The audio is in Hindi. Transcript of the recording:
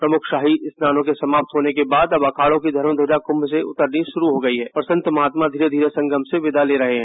प्रमुख शाही स्नानों के समाप्त होने के बाद अब अखाड़ों की धर्मध्वजा कुंभ से उतरनी शुरू हो गई है और संत महात्मा धीरे धीरे संगम से विदा हो रहे हैं